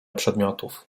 przedmiotów